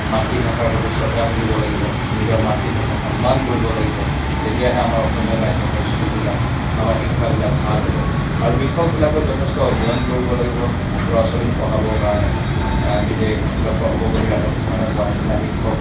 মাতৃভাষাৰ প্ৰতি শ্ৰদ্ধা থাকিব লাগিব নিজৰ মাতৃভাষাক সন্মান কৰিব লাগিব তেতিয়াহে আমাৰ অসমীয়া মাধ্যমৰ স্কুলবিলাক আমাৰ শিক্ষাবিলাক ভাল হ'ব আৰু শিক্ষকবিলাকেও যথেষ্ট অধ্যয়ন কৰিব লাগিব ল'ৰা ছোৱালীক পঢ়াবৰ কাৰণে নিজে ডক্টৰ সৰ্বপলী ৰাধাকৃষ্ণণে কোৱাৰ নিচিনা শিক্ষক